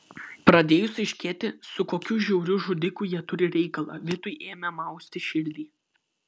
pradėjus aiškėti su kokiu žiauriu žudiku jie turi reikalą vitui ėmė mausti širdį